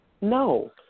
No